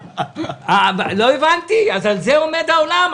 לא הבנתי, על זה עומד העולם?